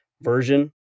version